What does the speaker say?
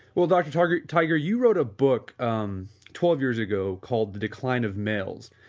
well, dr. tiger tiger you wrote a book um twelve years ago called the decline of males.